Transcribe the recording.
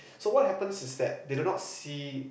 so what happens is that they do not see